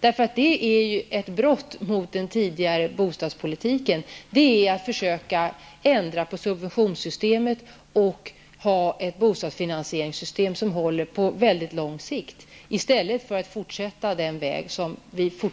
Det här är en brytning mot den tidigare bostadspolitiken, och det är ett försök att ändra på subventionssystemet och att få ett bostadsfinansieringssystem som håller på lång sikt i stället för att fortsätta den väg som